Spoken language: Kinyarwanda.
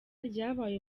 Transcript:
ryabaye